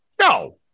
no